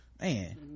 Man